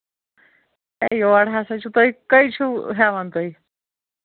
ہے یور ہسا چھُو تۄہہِ کٔہۍ چھُو ہٮ۪وان تُہۍ